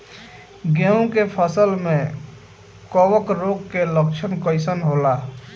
गेहूं के फसल में कवक रोग के लक्षण कइसन होला?